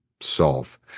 solve